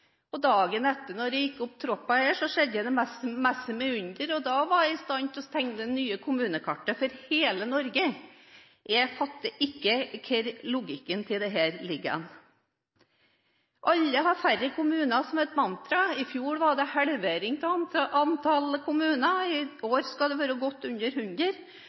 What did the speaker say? og dagen etter, da jeg gikk opp trappa her? Det hadde liksom skjedd et under: Jeg var blitt i stand til å tegne det nye kommunekartet for hele Norge. Jeg fatter ikke logikken her. Alle har «færre kommuner» som et mantra. I fjor var det halvering av antallet kommuner, i år skal det være godt under